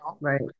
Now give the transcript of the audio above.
right